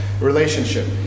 relationship